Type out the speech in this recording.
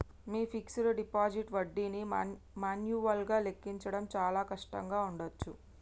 మీ fixed deposit వడ్డీని మాన్యువల్గా లెక్కించడం చాలా కష్టంగా ఉండచ్చు